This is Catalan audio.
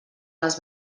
les